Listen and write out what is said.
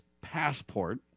passport